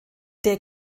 der